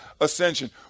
ascension